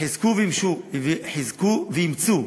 חזקו ואמצו.